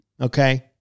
okay